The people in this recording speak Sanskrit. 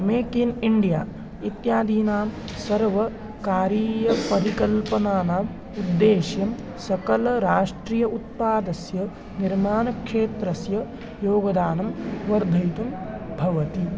मेक् इन् इण्डिया इत्यादीनां सर्वकारीयपरिकल्पनानाम् उद्देश्यं सकलराष्ट्रियोत्पादस्य निर्माणक्षेत्रस्य योगदानं वर्धयितुं भवति